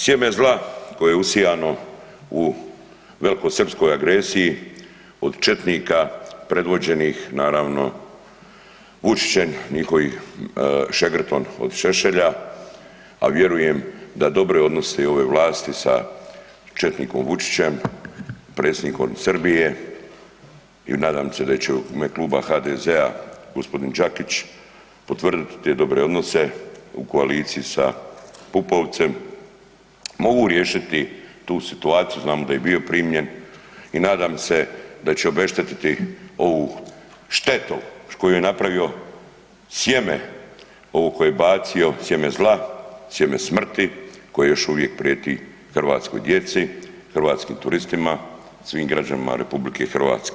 Sjeme zla koje je usijano u velikosrpskoj agresiji od četnika predvođenih naravno Vučićem njihovim šegrtom od Šešelja, a vjerujem da dobre odnose i ove vlasti sa četnikom Vučićem predsjednikom Srbije i nadam se da će u ime Kluba HDZ-a gospodin Đakić potvrditi te dobre odnose u koaliciji sa Pupovcem, mogu riješiti tu situaciju znamo da je bio primljen i nadam se da će obeštetiti ovu štetu koju je napravio, sjeme ovo koje je bacio, sjeme zla, sjeme smrti koje još uvijek prijeti hrvatskoj djeci, hrvatskim turistima, svim građanima RH.